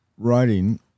Writing